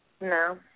No